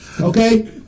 Okay